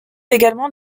également